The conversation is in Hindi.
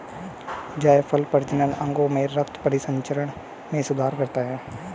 जायफल प्रजनन अंगों में रक्त परिसंचरण में सुधार करता है